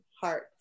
heart